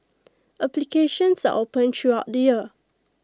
applications are open throughout the year